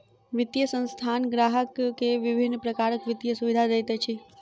वित्तीय संस्थान ग्राहक के विभिन्न प्रकारक वित्तीय सुविधा दैत अछि